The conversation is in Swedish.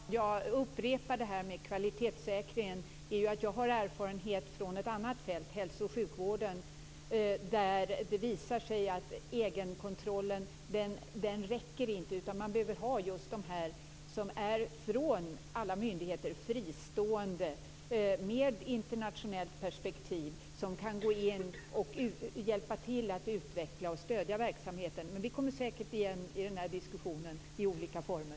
Fru talman! Anledningen till att jag upprepar resonemanget om kvalitetssäkring är att jag har erfarenhet från ett annat fält - hälso och sjukvården - där det visar sig att egenkontrollen inte räcker. Man behöver expertis som är fristående från alla myndigheter och som arbetar med ett internationellt perspektiv, som kan gå in och hjälpa till att utveckla och stödja verksamheten. Vi kommer säkert tillbaka till denna diskussion i olika former.